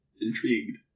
intrigued